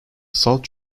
salt